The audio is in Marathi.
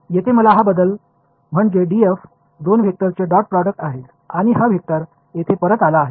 येथे मला हा बदल म्हणजे df हे दोन वेक्टर्सचे डॉट प्रॉडक्ट आहे आणि हा वेक्टर येथे परत आला आहे